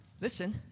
Listen